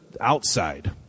outside